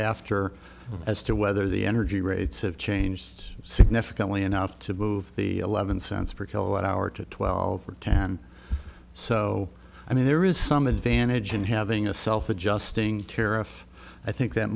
thereafter as to whether the energy rates have changed significantly enough to move the eleven cents per kilowatt hour to twelve or ten so i mean there is some advantage in having a self adjusting tariff i think that